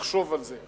נחשוב על זה.